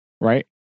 Right